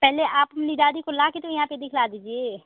पहले आप अपनी दादी को लाकर तो यहाँ पर दिखला दीजिए